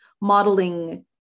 modeling